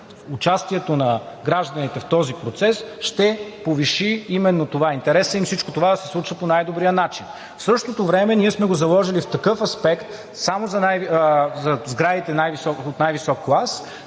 Участието на гражданите в този процес ще повиши именно това – интересът им всичко това да се случва по най-добрия начин. В същото време ние сме го заложили в такъв аспект – само за сградите от най-висок клас